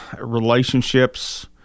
relationships